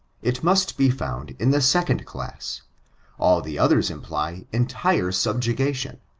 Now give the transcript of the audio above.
it must be found in the second class all the others imply entire subjection,